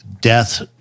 death